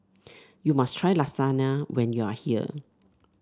you must try Lasagna when you are here